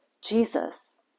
Jesus